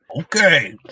Okay